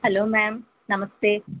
hello ma'am నమస్తే